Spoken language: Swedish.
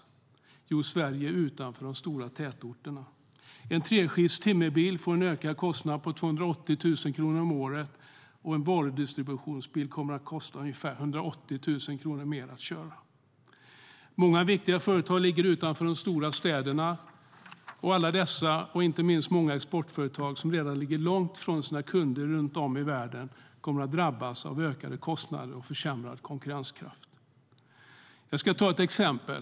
Jo, det drabbar Sverige utanför de stora tätorterna hårdast. En treskifts timmerbil får en ökad kostnad på 280 000 kronor om året, och en varudistributionsbil kommer att kosta ungefär 180 000 kronor mer att köra. Många viktiga företag ligger utanför de stora städerna. Alla dessa företag, och inte minst många exportföretag, som redan ligger långt från sina kunder runt om i världen kommer att drabbas av ökade kostnader och försämrad konkurrenskraft. Jag ska ta ett exempel.